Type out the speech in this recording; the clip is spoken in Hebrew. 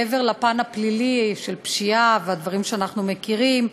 מעבר לפן הפלילי של פשיעה והדברים שאנחנו מכירים,